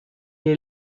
est